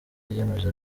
yiyemeje